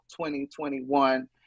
2021